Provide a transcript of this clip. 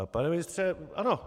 Pane ministře, ano,.